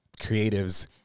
creatives